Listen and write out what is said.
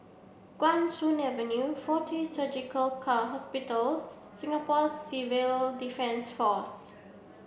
Guan Soon Avenue Fortis Surgical Hospital Singapore Civil Defence Force